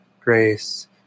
Grace